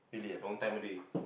long time already